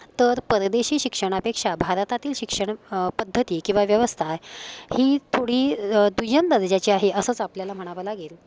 तर परदेशी शिक्षणापेक्षा भारतातील शिक्षण पद्धती किंवा व्यवस्था ही थोडी दुय्यम दर्जाची आहे असंच आपल्याला म्हणावं लागेल